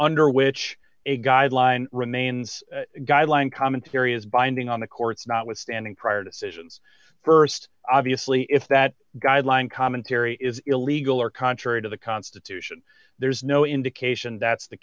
under which a guideline remains a guideline commentary is binding on the court's not withstanding prior decisions st obviously if that guideline commentary is illegal or contrary to the constitution there's no indication that's the